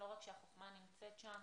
לא רק שהחוכמה נמצאת שם,